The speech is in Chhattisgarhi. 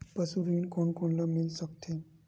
पशु ऋण कोन कोन ल मिल सकथे?